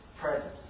presence